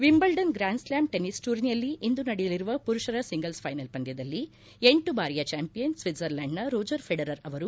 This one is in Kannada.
ವಿಂಬಲ್ಲನ್ ಗ್ರ್ನಾನ್ಸ್ಲಾಮ್ ಟೆನಿಸ್ ಟೂನಿಯಲ್ಲಿ ಇಂದು ನಡೆಯಲಿರುವ ಪುರುಷರ ಸಿಂಗಲ್ಲ್ ಫೈನಲ್ ಪಂದ್ನದಲ್ಲಿ ಎಂಟು ಬಾರಿಯ ಚಾಂಪಿಯನ್ ಸ್ವಿಟ್ಜರ್ಲೆಂಡ್ನ ರೋಜರ್ ಫೆಡರರ್ ಅವರು